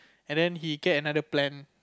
and then he kept another plan